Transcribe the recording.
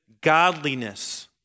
godliness